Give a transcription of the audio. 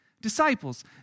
disciples